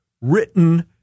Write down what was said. written